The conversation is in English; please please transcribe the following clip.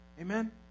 Amen